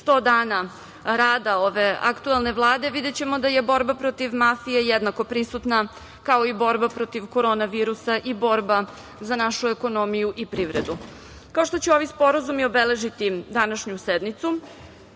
100 dana rada ove aktuelne Vlade, videćemo da je borba protiv mafije jednako prisutna kao i borba protiv Korona virusa i borba za našu ekonomiju i privredu. Kao što će ovi sporazumi obeležiti današnju sednicu,